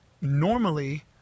normally